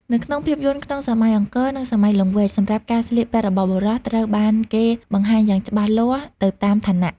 នៅក្នុងភាពយន្តក្នុងសម័យអង្គរ និងសម័យលង្វែក សម្រាប់ការស្លៀកពាក់របស់បុរស ត្រូវបានគេបង្ហាញយ៉ាងច្បាស់លាស់ទៅតាមឋានៈ។